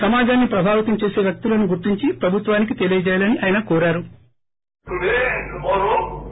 సమాజాన్ని ప్రభావితం చేసే వ్యక్తులను గుర్తించి ప్రభుత్వానికి తెలియజేయాలని కోరారు